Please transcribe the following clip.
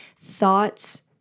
thoughts